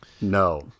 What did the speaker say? No